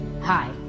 Hi